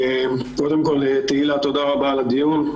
קודם כל, תהלה, תודה רבה על הדיון.